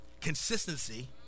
Consistency